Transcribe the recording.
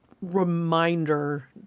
reminder